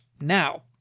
Now